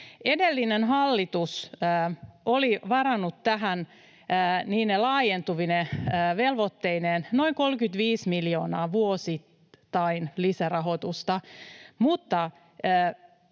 Edellinen hallitus oli varannut tähän niine laajentuvine velvoitteineen noin 35 miljoonaa lisärahoitusta